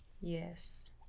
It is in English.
Yes